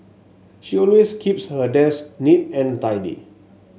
she always keeps her desk neat and tidy